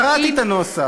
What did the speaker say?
קראתי את הנוסח.